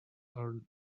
are